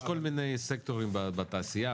יש כל מיני סקטורים בתעשייה,